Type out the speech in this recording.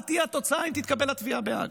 מה תהיה התוצאה אם תתקבל התביעה בהאג.